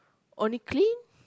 only clean